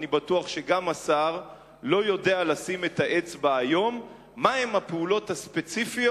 אני בטוח שגם השר לא יודע היום לשים את האצבע מה הפעולות הספציפיות,